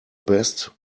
best